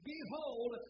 Behold